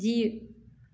जीउ